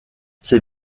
ces